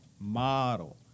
model